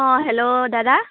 অঁ হেল্ল' দাদা